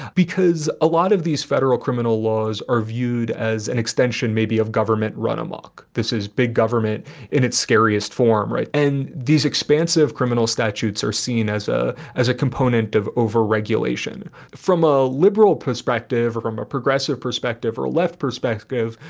because a lot of these federal criminal laws are viewed as an extension maybe of government run amok. this is big government in its scariest form. right. and these expansive criminal statutes are seen as a as a component of overregulation from a liberal perspective or from a progressive perspective or a left perspective.